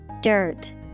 Dirt